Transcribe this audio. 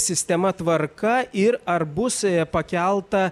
sistema tvarka ir ar bus pakelta